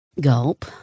Gulp